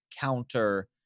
counter